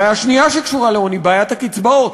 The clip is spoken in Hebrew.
בעיה שנייה שקשורה לעוני, בעיית הקצבאות.